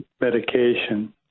medication